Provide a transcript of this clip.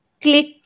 click